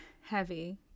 heavy